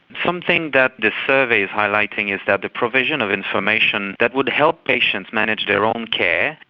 something that this survey is highlighting is that the provision of information that would help patients manage their own care,